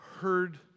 heard